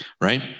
Right